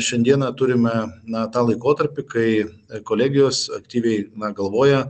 šiandieną turime na tą laikotarpį kai ir kolegijos aktyviai na galvojo